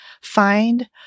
find